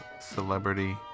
celebrity